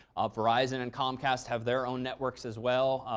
verizon and comcast have their own networks as well.